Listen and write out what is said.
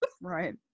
right